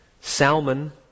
Salmon